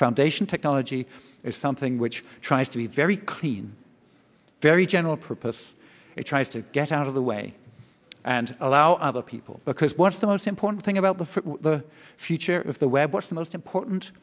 foundation technology is something which tries to be very clean very general purpose it tries to get out of the way and allow other people because what's the most important thing about the future of the web what's the most important